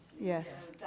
yes